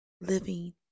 living